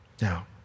Now